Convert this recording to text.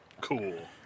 Cool